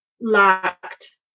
lacked